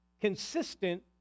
consistent